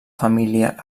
família